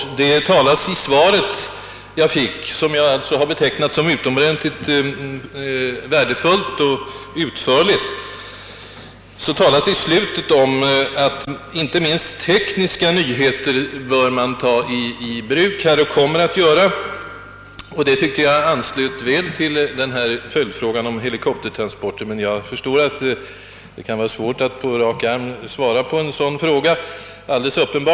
I det svar jag fått — och som jag har betecknat som mycket utförligt och utomordentligt värdefullt — talas det på slutet om att tekniska nyheter bör och kommer att tas i bruk. Det tycker jag anslöt väl till min följdfråga om helikoptertransporter. Jag förstår emellertid att det kan vara svårt att svara på en sådan fråga så här på rak arm.